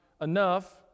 enough